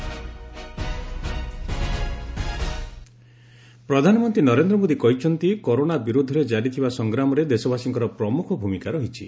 PM Mann Ki Baat ପ୍ରଧାନମନ୍ତ୍ରୀ ନରେନ୍ଦ୍ର ମୋଦି କହିଛନ୍ତି corona ବିରୋଧରେ ଜାରି ଥିବା ସଂଗ୍ରାମରେ ଦେଶବାସୀଙ୍କର ପ୍ରମୁଖ ଭୂମିକା ରହିଛି